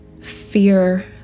fear